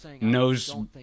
knows